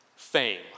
Fame